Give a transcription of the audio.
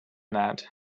that